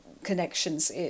Connections